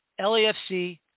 LAFC